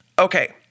Okay